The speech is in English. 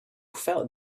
felt